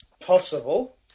possible